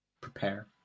prepare